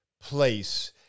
place